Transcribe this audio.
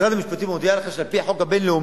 משרד המשפטים הודיע לך שעל פי-החוק הבין-לאומי,